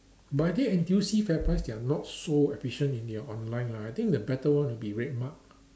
but I think N_T_U_C FairPrice they are not so efficient in their online lah I think the better one will be RedMart